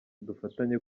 dufatanye